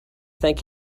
thank